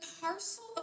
parcel